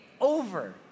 over